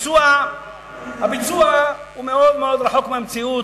הביצוע הוא מאוד רחוק מהמציאות,